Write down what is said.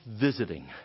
visiting